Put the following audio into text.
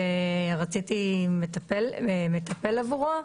ורציתי מטפל עבורו,